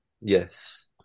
Yes